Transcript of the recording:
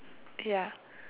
ya